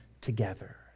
together